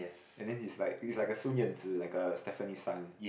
and then he's like he's like a Sun Yan Zi like a Stefanie-Sun